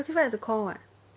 classified as a core [what]